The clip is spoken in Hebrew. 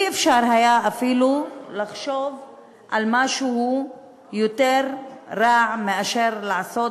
אי-אפשר היה אפילו לחשוב על משהו יותר רע מאשר לעשות